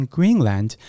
Greenland